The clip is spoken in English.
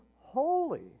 holy